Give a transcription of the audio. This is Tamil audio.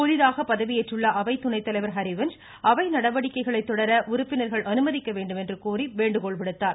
புதிதாக பதவியேற்றுள்ள அவை துணைத்தலைவர் ஹரிவன்ஸ் அவை நடவடிக்கைகளை தொடர உறுப்பினர்கள் அனுமதிக்க வேண்டும் என்று கோரி வேண்டுகோள் விடுத்தார்